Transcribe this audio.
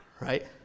right